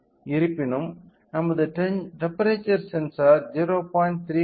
இருப்பினும் நமது temperature sensor 0